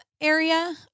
area